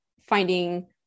finding